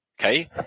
Okay